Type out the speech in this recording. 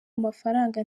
amafaranga